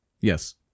Yes